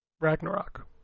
Ragnarok